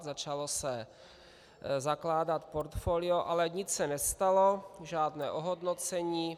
Začalo se zakládat portfolio, ale nic se nestalo, žádné ohodnocení.